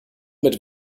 mit